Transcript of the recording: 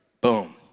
boom